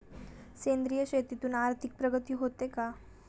सेंद्रिय शेतीतून आर्थिक प्रगती होते का?